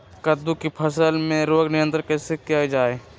कददु की फसल में रोग नियंत्रण कैसे किया जाए?